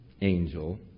angel